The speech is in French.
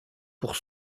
pour